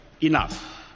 enough